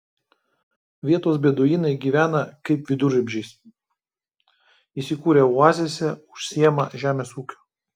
vietos beduinai gyvena kaip viduramžiais įsikūrę oazėse užsiima žemės ūkiu